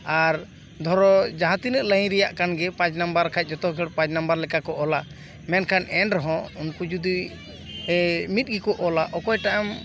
ᱟᱨ ᱫᱷᱚᱨᱚ ᱡᱟᱦᱟᱸ ᱛᱤᱱᱟᱹᱜ ᱞᱟᱹᱭᱤᱱ ᱨᱮᱭᱟᱜ ᱠᱟᱱᱜᱮ ᱯᱟᱸᱪ ᱱᱟᱢᱵᱟᱨ ᱠᱷᱟᱱ ᱡᱚᱛᱚ ᱦᱚᱲ ᱯᱟᱸᱪ ᱱᱟᱢᱵᱟᱨ ᱞᱮᱠᱟ ᱠᱚ ᱚᱞᱟ ᱢᱮᱱᱠᱷᱟᱱ ᱮᱱᱨᱮᱦᱚᱸ ᱩᱱᱠᱩ ᱡᱩᱫᱤ ᱢᱤᱫ ᱜᱮᱠᱚ ᱚᱞᱟ ᱚᱠᱚᱭᱴᱟᱜ ᱮᱢ